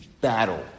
battle